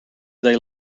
they